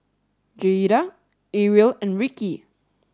Jaeda Arielle and Ricki